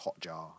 Hotjar